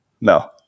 No